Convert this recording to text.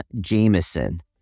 Jameson